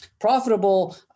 profitable